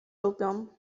lubią